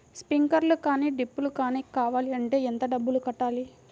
Sprinkler కానీ డ్రిప్లు కాని కావాలి అంటే ఎంత డబ్బులు కట్టాలి?